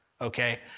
okay